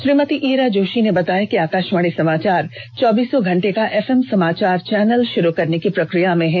श्रीमती ईरा जोशी ने बताया कि आकाशवाणी समाचार चौबीसों घंटे का एफ एम समाचार चैनल शुरू करने की प्रक्रिया में है